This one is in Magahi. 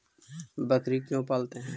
बकरी क्यों पालते है?